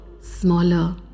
smaller